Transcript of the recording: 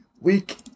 week